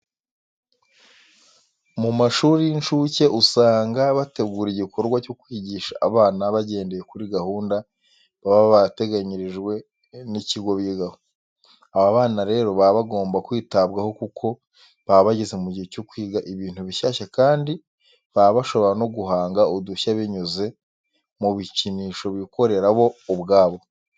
Mu mashuri y'inshuke usanga bategura igikorwa cyo kwigisha abana bagendeye kuri gahunda baba barateganyirijwe n'ikigo bigaho. Aba bana rero baba bagomba kwitabwaho kuko baba bageze mu gihe cyo kwiga ibintu bishyashya kandi baba bashobora no guhanga udushya binyuze mu bikinisho bikorera bo ubwabo.